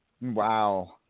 Wow